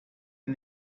and